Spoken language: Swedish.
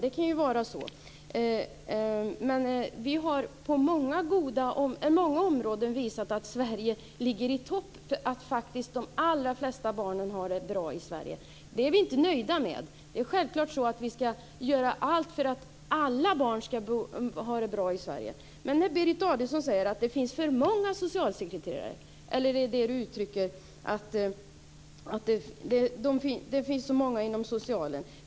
Det kan ju vara så. Men vi har på många områden visat att Sverige ligger i topp och att de allra flesta barnen har det bra i Sverige. Det är vi inte nöjda med. Vi ska självklart göra allt för att alla barn ska ha det bra i Sverige. Berit Adolfsson säger att det finns för många socialsekreterare, eller menar att det finns för många inom socialen.